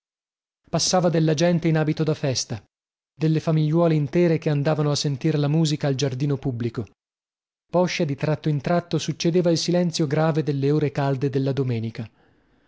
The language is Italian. passava della gente in abito da festa delle famigliuole intere che andavano a sentir la musica al giardino pubblico poscia di tratto in tratto succedeva il silenzio grave delle ore calde della domenica